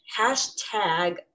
hashtag